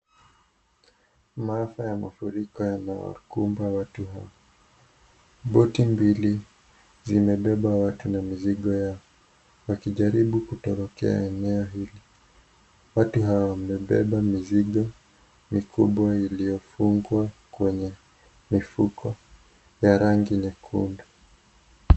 Maafa ya mafuriko yanawakumba watu hawa, boti mbili zimebeba watu na mizigo yao wakijaribu kutorokea eneo hili watu hawa wamebeba mizigo kubwa iliyofungwa kwenye mifuko ya rangi nyekundu.